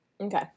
Okay